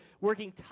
working